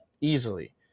easily